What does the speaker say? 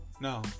No